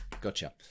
gotcha